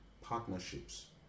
partnerships